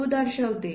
02 दर्शवते